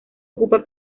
ocupa